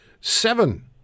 Seven